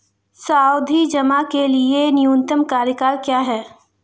सावधि जमा के लिए न्यूनतम कार्यकाल क्या है?